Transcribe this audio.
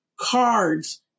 cards